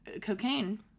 cocaine